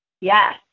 Yes